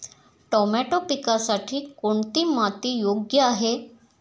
Tomato पिकासाठी कोणती माती योग्य आहे?